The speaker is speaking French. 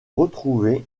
retrouvé